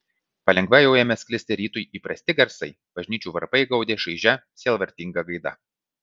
palengva jau ėmė sklisti rytui įprasti garsai bažnyčių varpai gaudė šaižia sielvartinga gaida